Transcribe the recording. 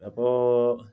അപ്പോൾ